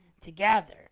together